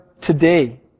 today